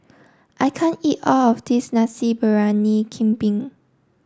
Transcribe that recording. I can't eat all of this Nasi Briyani Kambing